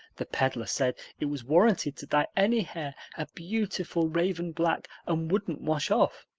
the peddler said it was warranted to dye any hair a beautiful raven black and wouldn't wash off.